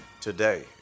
today